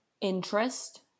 interest